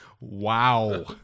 Wow